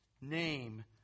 name